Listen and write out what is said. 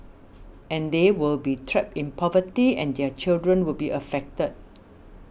and they will be trapped in poverty and their children will be affected